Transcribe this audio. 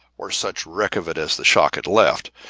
or such wreck of it as the shock had left.